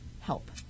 Help